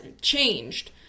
changed